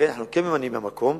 אנחנו כן ממנים מהמקום,